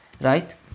Right